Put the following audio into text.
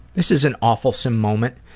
this is an awefulsome moment